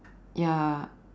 ya